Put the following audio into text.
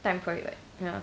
time for it [what] ya